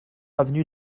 avenue